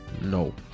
No